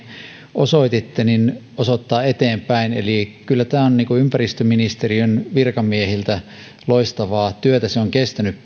osoititte osoittaa eteenpäin eli kyllä tämä on ympäristöministeriön virkamiehiltä loistavaa työtä se on kestänyt